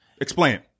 Explain